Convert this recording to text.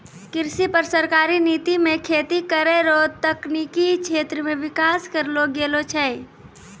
कृषि पर सरकारी नीति मे खेती करै रो तकनिकी क्षेत्र मे विकास करलो गेलो छै